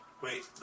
Wait